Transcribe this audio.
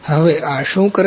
હવે આ શું કરે છે